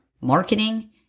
marketing